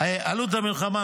עלות המלחמה,